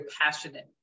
passionate